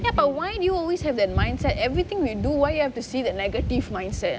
ya but why do you always have that mindset everything we do why you have to say that negative mindset